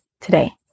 today